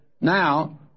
Now